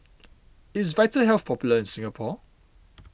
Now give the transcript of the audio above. is Vitahealth popular in Singapore